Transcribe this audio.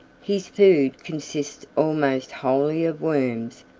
his food consists almost wholly of worms,